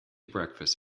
breakfast